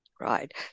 Right